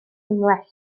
cymhleth